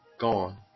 gone